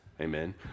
Amen